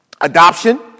Adoption